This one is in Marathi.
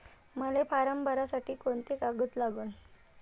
मले फारम भरासाठी कोंते कागद लागन?